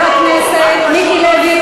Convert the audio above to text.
חבר הכנסת מיקי לוי,